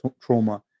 trauma